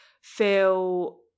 feel